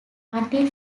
until